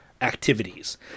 activities